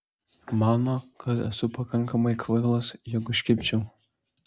mano kad esu pakankamai kvailas jog užkibčiau